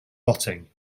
rotting